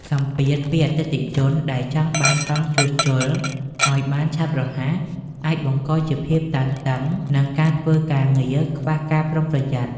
សម្ពាធពីអតិថិជនដែលចង់បានកង់ជួសជុលឱ្យបានឆាប់រហ័ស អាចបង្កជាភាពតានតឹង និងការធ្វើការងារខ្វះការប្រុងប្រយ័ត្ន។